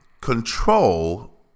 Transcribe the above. control